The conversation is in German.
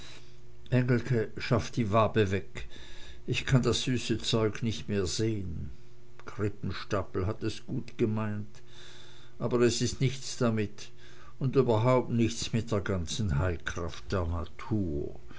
engelke schaff die wabe weg ich kann das süße zeug nicht mehr sehn krippenstapel hat es gut gemeint aber es is nichts damit und überhaupt nichts mit der ganzen heilkraft der natur